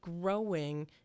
growing